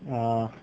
uh